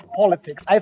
politics